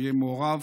יהיה מעורב.